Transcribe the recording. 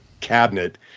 cabinet